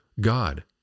God